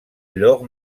l’or